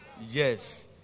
Yes